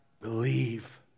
believe